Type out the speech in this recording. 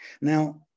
Now